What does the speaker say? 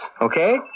okay